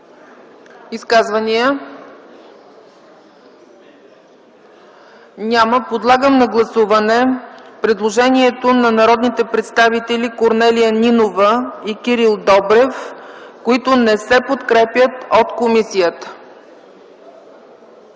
Изказвания? Няма. Подлагам на гласуване предложението на народните представители Корнелия Нинова и Кирил Добрев, което не се подкрепя от комисията.